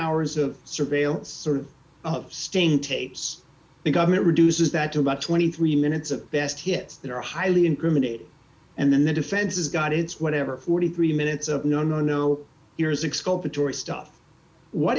hours of surveillance sort of staying tapes the government reduces that to about twenty three minutes of best hits that are highly incriminating and then the defense has got its whatever forty three minutes of no no no